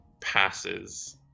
passes